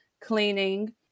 cleaning